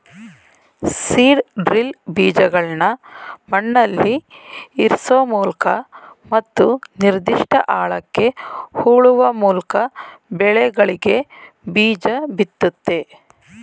seed drill ಬೀಜಗಳ್ನ ಮಣ್ಣಲ್ಲಿಇರ್ಸೋಮೂಲಕ ಮತ್ತು ನಿರ್ದಿಷ್ಟ ಆಳಕ್ಕೆ ಹೂಳುವಮೂಲ್ಕಬೆಳೆಗಳಿಗೆಬೀಜಬಿತ್ತುತ್ತೆ